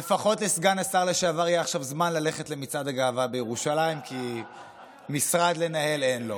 הוא אולי, כן, זה נורא מצער, זה מבאס את כולם.